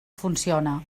funciona